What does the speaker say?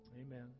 Amen